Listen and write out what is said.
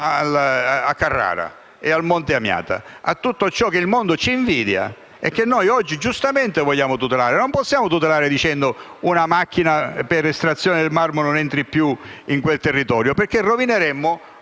a Carrara, al monte Amiata e a tutto ciò che il mondo ci invidia e che noi oggi, giustamente, vogliamo tutelare. Ma non possiamo tutelare stabilendo che una macchina per l'estrazione del marmo non entra più in quel territorio, perché rovineremmo